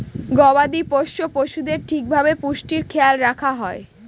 গবাদি পোষ্য পশুদের ঠিক ভাবে পুষ্টির খেয়াল রাখা হয়